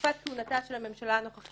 בתקופת כהונתה של הממשלה הנוכחית.